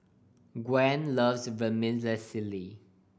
Gwen loves Vermicelli